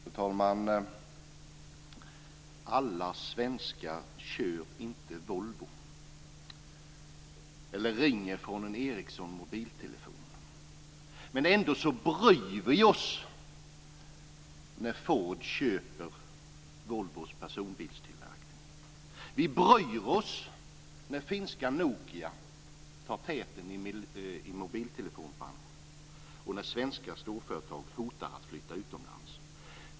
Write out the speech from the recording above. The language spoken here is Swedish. Fru talman! Alla svenskar kör inte Volvo eller ringer med en mobiltelefon från Ericsson. Ändå bryr vi oss när Ford köper Volvos personbilstillverkning. Vi bryr oss när finska Nokia tar täten i mobiltelefonbranschen och när svenska storföretag hotar att flytta utomlands.